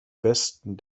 besten